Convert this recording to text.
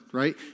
right